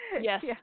Yes